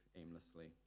aimlessly